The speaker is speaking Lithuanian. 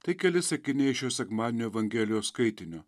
tai keli sakiniai iš šio sekmadienio evangelijos skaitinio